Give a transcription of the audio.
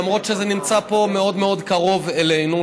למרות שזה נמצא פה מאוד מאוד קרוב אלינו,